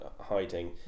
hiding